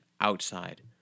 outside